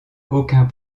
aucun